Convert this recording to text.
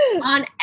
on